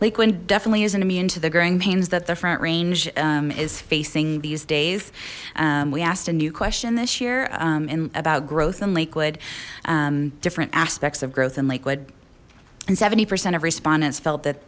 lakeland definitely isn't immune to the growing pains that the front range is facing these days we asked a new question this year in about growth and lakewood different aspects of growth in lakewood and seventy percent of respondents felt that